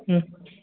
ம்